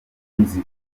kwizihiza